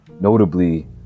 notably